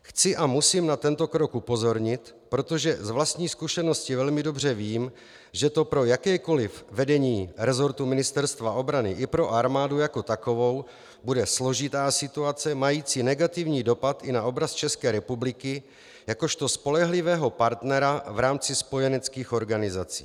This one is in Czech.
Chci a musím na tento krok upozornit, protože z vlastní zkušenosti velmi dobře vím, že to pro jakékoli vedení resortu Ministerstva obrany i pro armádu jako takovou bude složitá situace mající negativní dopad i na obraz České republiky jakožto spolehlivého partnera v rámci spojeneckých organizací.